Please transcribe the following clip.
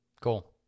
cool